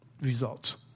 Results